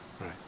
right